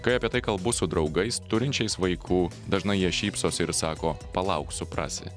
kai apie tai kalbu su draugais turinčiais vaikų dažnai jie šypsosi ir sako palauk suprasi